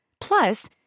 Plus